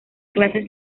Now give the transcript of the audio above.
clases